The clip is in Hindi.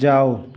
जाओ